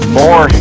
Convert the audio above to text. more